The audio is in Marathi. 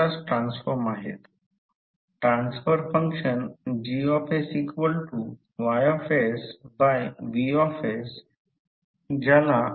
तर ही दिशा असल्याने प्रत्यक्षात करंट पॉझिटिव्ह टर्मिनलला लीड करतो ज्याला इलेक्ट्रिक सर्किट म्हणजे त्याला DC सर्किट म्हणतात